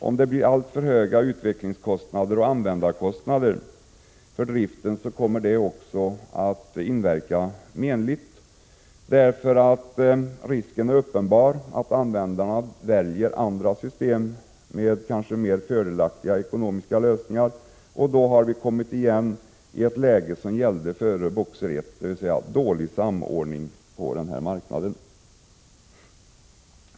Om det blir alltför höga utvecklingskostnader och användarkostnader kommer det att inverka menligt, eftersom risken är uppenbar att användarna väljer andra system med kanske mer fördelaktiga ekonomiska lösningar. Då har vi kommit tillbaka till det läge som gällde före BOKSER I, dvs. dålig samordning på marknaden.